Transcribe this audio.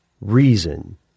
reason